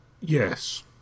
Yes